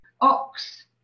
ox